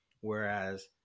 whereas